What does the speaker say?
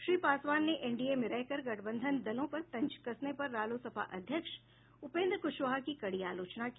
श्री पासवान ने एनडीए में रहकर गठबंधन दलों पर तंज कसने पर रालोसपा अध्यक्ष उपेन्द्र कुशवाहा की कड़ी आलोचना की